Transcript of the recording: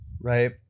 right